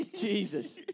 Jesus